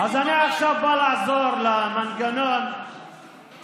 אז אני עכשיו בא לעזור למנגנון להתחיל